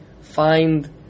find